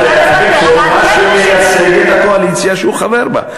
אני צריך מאוד מאוד להתרגל אליה.